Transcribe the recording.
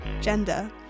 gender